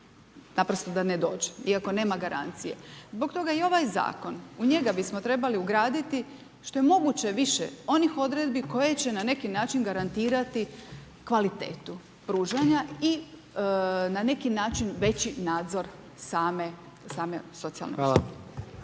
Naprosto da ne dođe iako nema garancije. Zbog toga i ovaj zakon, u njega bismo trebali ugraditi što je moguće više onih odredbi koje će na neki način garantirati kvalitetu pružanja i na neki način veći nadzor same socijalne usluge.